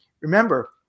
remember